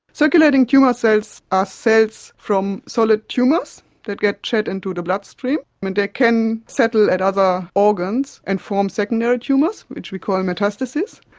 circulating tumour cells are cells from solid tumours that get shed into the bloodstream. they and can settle at other organs and form secondary tumours which we call and metastases,